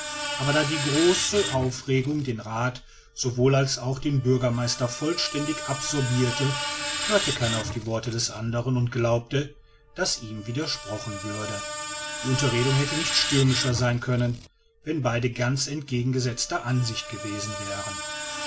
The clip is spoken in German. aber da die übergroße aufregung den rath sowohl als den bürgermeister vollständig absorbirte hörte keiner auf die worte des anderen und glaubte daß ihm widersprochen würde die unterredung hätte nicht stürmischer sein können wenn beide ganz entgegengesetzter ansicht gewesen wären